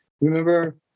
Remember